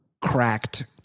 cracked